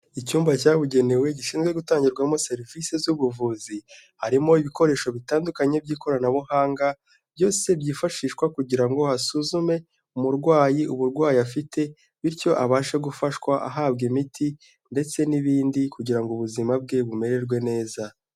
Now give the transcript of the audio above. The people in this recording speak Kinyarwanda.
Icyumba cyabugenewe gishinzwe gutangirwamo serivisi z'ubuvuzi, harimo ibikoresho bitandukanye by'ikoranabuhanga, byose byifashishwa kugira ngo hasuzume umurwayi uburwayi afite, bityo abashe gufashwa ahabwa imiti, ndetse n'ibindi kugira ngo ubuzima bwe bumererwe neza.